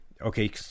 Okay